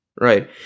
Right